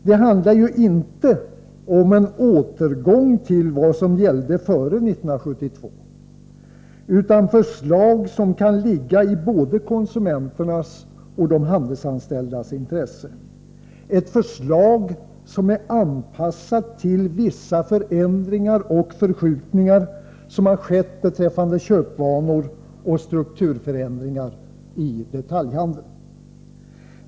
Det handlar ju inte om en återgång till vad som gällde före 1972, utan om ett förslag som kan ligga i både konsumenternas och de handelsanställdas intresse, ett förslag som är anpassat till vissa förändringar och förskjutningar i köpvanor som skett och till strukturförändringar i detaljhandeln.